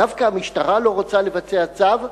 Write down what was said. דווקא המשטרה לא רוצה לבצע צו?"